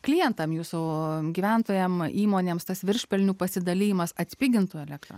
klientam jūsų gyventojam įmonėms tas viršpelnių pasidalijimas atpigintų elektrą